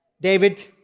David